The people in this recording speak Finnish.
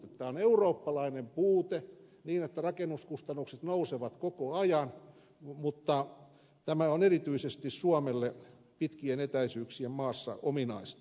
tämä on eurooppalainen puute että rakennuskustannukset nousevat koko ajan mutta tämä on erityisesti suomelle pitkien etäisyyksien maassa ominaista